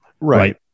right